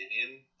opinion